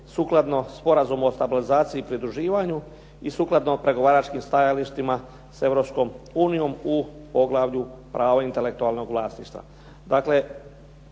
sukladno Sporazumu o stabilizaciji i pridruživanju i sukladno pregovaračkim stajalištima sa Europskom unijom u poglavlju pravo intelektualnog vlasništva.